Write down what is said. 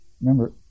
remember